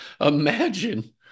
imagine